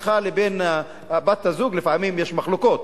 בינך לבין בת-הזוג יש לפעמים מחלוקות.